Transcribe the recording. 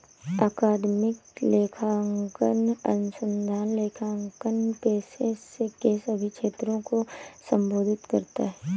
अकादमिक लेखांकन अनुसंधान लेखांकन पेशे के सभी क्षेत्रों को संबोधित करता है